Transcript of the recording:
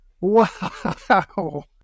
Wow